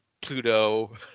Pluto